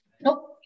Nope